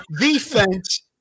defense